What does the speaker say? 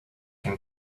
can